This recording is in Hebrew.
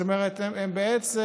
זאת אומרת, הם בעצם